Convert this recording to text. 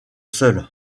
seul